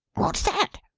what's that!